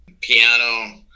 piano